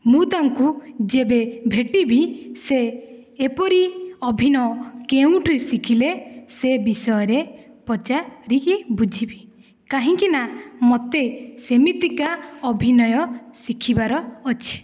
ମୁଁ ତାଙ୍କୁ ଯେବେ ଭେଟିବି ସେ ଏପରି ଅଭିନୟ କେଉଁଠାରୁ ଶିଖିଲେ ସେ ବିଷୟରେ ପଚାରିକି ବୁଝିବି କାହିଁକି ନା ମୋତେ ସେମିତିକା ଅଭିନୟ ଶିଖିବାର ଅଛି